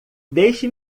deixe